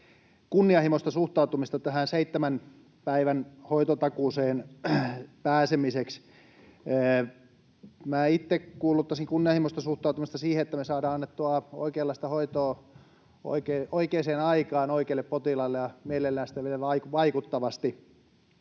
kunnianhimoista suhtautumista tähän seitsemän päivän hoitotakuuseen pääsemiseksi. Minä itse kuuluttaisin kunnianhimoista suhtautumista siihen, että me saadaan annettua oikeanlaista hoitoa oikeaan aikaan oikeille potilaille ja mielellään sitten vielä vaikuttavasti.